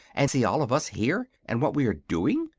and see all of us here, and what we are doing?